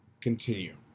continue